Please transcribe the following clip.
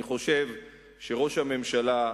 אני חושב שראש הממשלה,